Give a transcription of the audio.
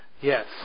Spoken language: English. Yes